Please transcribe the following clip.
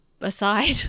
aside